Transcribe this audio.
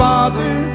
Father